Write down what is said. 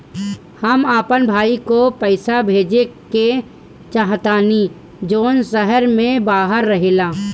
हम अपन भाई को पैसा भेजे के चाहतानी जौन शहर से बाहर रहेला